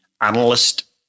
analyst